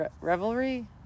Revelry